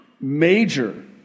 major